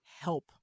help